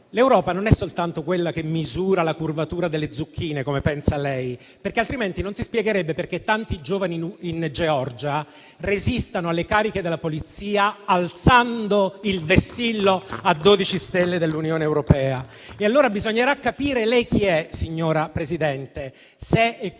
L'Europa non è soltanto quella che misura la curvatura delle zucchine, come pensa la Presidente del Consiglio, perché altrimenti non si spiegherebbe perché tanti giovani in Georgia resistano alle cariche della polizia alzando il vessillo a 12 stelle dell'Unione europea. Allora bisognerà capire lei chi è, signora Presidente del